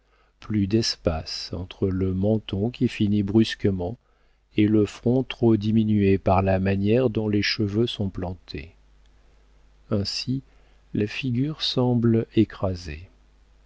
plus d'espace entre le menton qui finit brusquement et le front trop diminué par la manière dont les cheveux sont plantés ainsi la figure semble écrasée